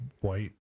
white